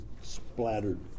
splattered